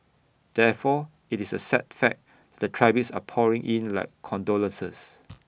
therefore IT is A sad fact the tributes are pouring in like condolences